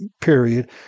period